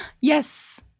Yes